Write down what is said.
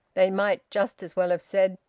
they might just as well have said,